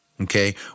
okay